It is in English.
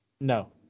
No